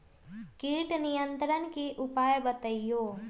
किट नियंत्रण के उपाय बतइयो?